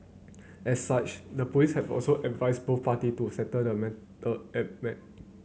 as such the police have also advised both party to settle the matter